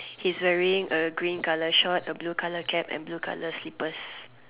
his wearing a green color shorts a blue color cap and blue color slippers